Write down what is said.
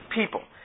people